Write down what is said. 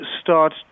start